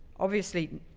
obviously,